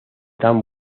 tan